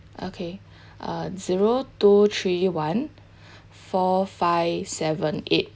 okay uh zero two three one four five seven eight